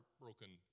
heartbroken